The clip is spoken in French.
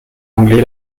anglais